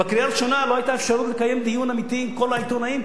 בקריאה ראשונה לא היתה אפשרות לקיים דיון אמיתי עם כל העיתונאים,